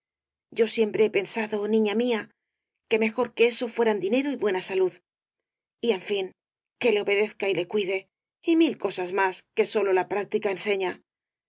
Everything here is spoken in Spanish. yo siempre he pensado niña mía que mejor que eso fueran dinero y buena salud y en fin que le obedezca y le cuide y mil cosas más que sólo la práctica enseña